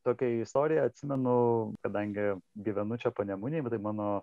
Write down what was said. tokią istoriją atsimenu kadangi gyvenu čia panemunėj tai mano